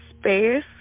space